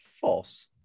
False